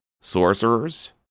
sorcerers